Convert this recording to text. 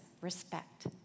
respect